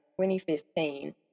2015